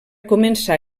començà